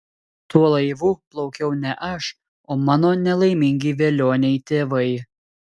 tuo laivu plaukiau ne aš o mano nelaimingi velioniai tėvai